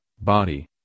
body